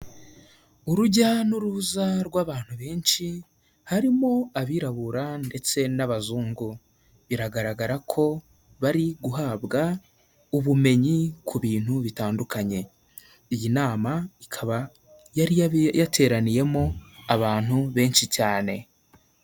Urujya n'uruza rw'abantu benshi, harimo abirabura ndetse n'abazungu. Biragaragara ko bari guhabwa ubumenyi ku bintu bitandukanye. Iyi nama ikaba yari yateraniyemo abantu benshi cyane.